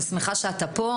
אני שמחה שאתה כאן.